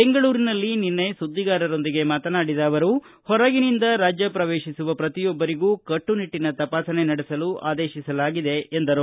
ಬೆಂಗಳೂರಿನಲ್ಲಿ ನಿನ್ನೆ ಸುದ್ದಿಗಾರರೊಂದಿಗೆ ಮಾತನಾಡಿದ ಅವರು ಹೊರಗಿನಿಂದ ರಾಜ್ಯ ಪ್ರವೇಶಿಸುವ ಪ್ರತಿಯೊಬ್ಬರಿಗೂ ಕಟ್ಟುನಿಟ್ಟಿನ ತಪಾಸಣೆ ನಡೆಸಲು ಆದೇತಿಸಲಾಗಿದೆ ಎಂದರು